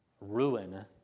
Ruin